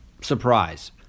surprise